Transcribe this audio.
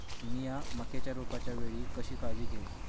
मीया मक्याच्या रोपाच्या वेळी कशी काळजी घेव?